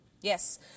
Yes